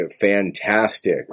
fantastic